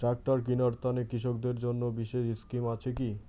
Tractor কিনার তানে কৃষকদের জন্য বিশেষ স্কিম আছি কি?